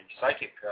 Psychic